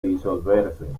disolverse